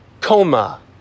coma